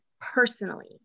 personally